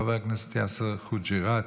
חבר הכנסת יאסר חוג'יראת,